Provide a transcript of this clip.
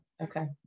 Okay